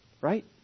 right